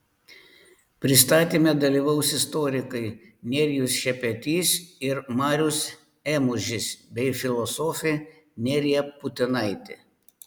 pristatyme dalyvaus istorikai nerijus šepetys ir marius ėmužis bei filosofė nerija putinaitė